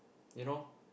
you know